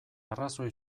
arrazoi